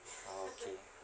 orh okay